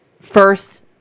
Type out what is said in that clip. first